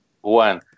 One